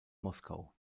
moskau